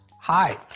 Hi